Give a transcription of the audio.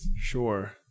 Sure